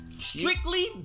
Strictly